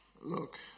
look